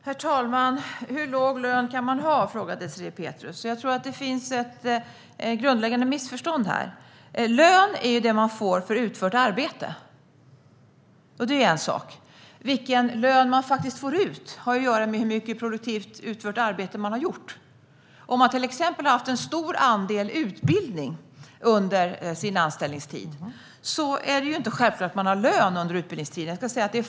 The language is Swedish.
Herr talman! Hur låg lön kan man ha, frågar Désirée Pethrus. Jag tror att det finns ett grundläggande missförstånd. Lön är det man får för utfört arbete. Vilken lön man får ut har att göra med hur mycket produktivt arbete man har utfört. Har man till exempel haft en stor andel utbildning under sin anställningstid är det inte självklart att man har lön.